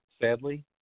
sadly